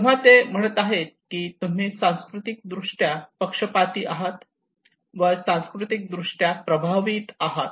तेव्हा ते म्हणत आहेत की तुम्ही सांस्कृतिकदृष्ट्या पक्षपाती आहात व सांस्कृतिक दृष्ट्या प्रभावित आहात